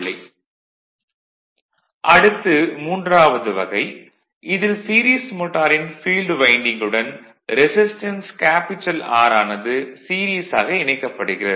vlcsnap 2018 11 05 09h58m55s60 அடுத்து மூன்றாவது வகை இதில் சீரிஸ் மோட்டாரின் ஃபீல்டு வைண்டிங்குடன் ரெசிஸ்டன்ஸ் R ஆனது சீரிஸாக இணைக்கப்படுகிறது